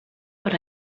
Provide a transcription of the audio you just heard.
per